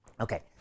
Okay